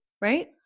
Right